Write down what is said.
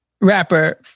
rapper